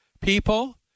people